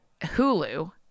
Hulu